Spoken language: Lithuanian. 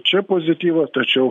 čia pozityvo tačiau